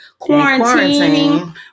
quarantining